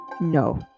No